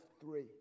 three